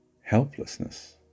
helplessness